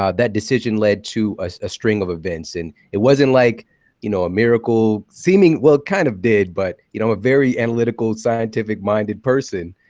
um that decision led to a string of events. and it wasn't like you know a miracle seeming well, it kind of did but you know a very analytical, scientific-minded person,